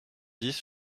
dix